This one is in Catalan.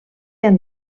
han